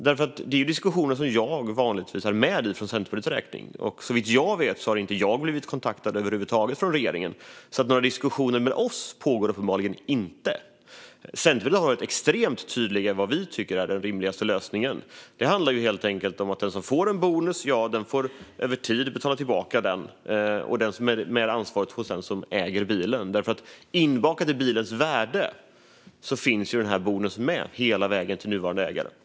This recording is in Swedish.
Det är diskussioner som jag för Centerpartiets räkning vanligtvis är med i. Såvitt jag vet har jag inte blivit kontaktad över huvud taget av regeringen. Några diskussioner med oss pågår uppenbarligen inte. Centerpartiet har varit extremt tydliga med vad vi tycker är den rimligaste lösningen. Det handlar helt enkelt om att den som får en bonus över tid får betala tillbaka den, med ansvaret hos den som äger bilen. Inbakat i bilens värde finns nämligen denna bonus med hela vägen till nuvarande ägare.